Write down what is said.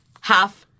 half